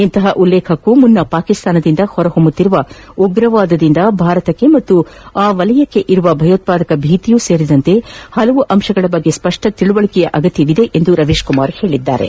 ಇಂಥ ಉಲ್ಲೇಖಕ್ಕೂ ಮುನ್ನ ಪಾಕಿಸ್ತಾನದಿಂದ ಹೊರಹೊಮ್ನುತ್ತಿರುವ ಭಯೋತ್ವಾದನೆಯಿಂದ ಭಾರತಕ್ಕೆ ಮತ್ತು ವಲಯಕ್ಕೆ ಇರುವ ಭಯೋತ್ವಾದಕ ಭೀತಿಯೂ ಸೇರಿದಂತೆ ವಿವಿಧ ಅಂಶಗಳ ಬಗ್ಗೆ ಸ್ಪಷ್ಷ ತಿಳಿವಳಿ ಅಗತ್ಯ ಎಂದು ರವೀಶ್ ಕುಮಾರ್ ಹೇಳಿದರು